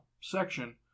section